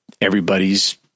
everybody's